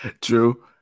True